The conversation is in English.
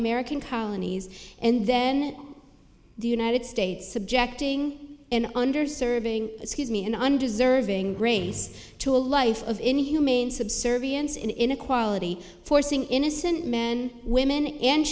american colonies and then the united states objecting and under serving excuse me an undeserving grace to a life of inhumane subservience in inequality forcing innocent men women and